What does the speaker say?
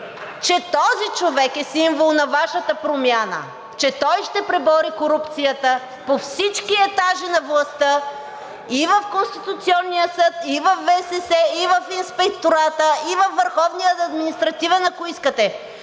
че този човек е символ на Вашата промяна, че той ще пребори корупцията по всичките етажи на властта и в Конституционния съд, и във ВСС, и в Инспектората, и във Върховния административен съд, ако искате.